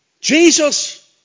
Jesus